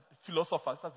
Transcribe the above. philosophers